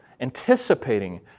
anticipating